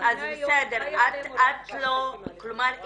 כלומר,